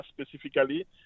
specifically